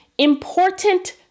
important